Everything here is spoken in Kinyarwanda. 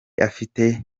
afite